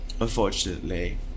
unfortunately